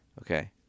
Okay